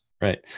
Right